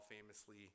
famously